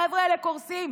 החבר'ה האלה קורסים,